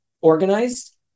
organized